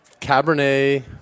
Cabernet